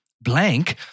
blank